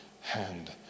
hand